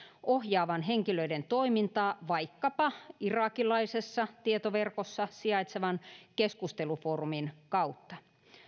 ohjaavan henkilöiden toimintaa vaikkapa irakilaisessa tietoverkossa sijaitsevan keskustelufoorumin kautta